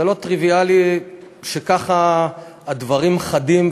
זה לא טריוויאלי שככה הדברים חדים,